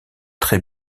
très